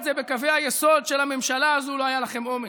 זה בקווי היסוד של הממשלה הזאת לא היה לכם אומץ,